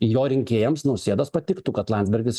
jo rinkėjams nausėdos patiktų kad landsbergis